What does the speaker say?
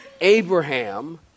Abraham